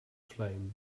flame